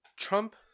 Trump